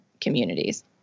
communities